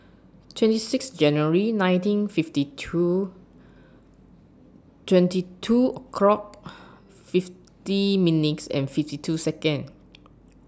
twenty six January nineteen fifty two twenty two o'clock fifty minutes and fifty two Seconds